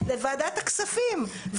לוועדת הכספים.